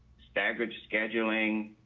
staggered scheduling,